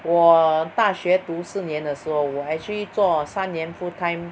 我大学读四年的时候我 actually 做三年 full time